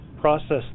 process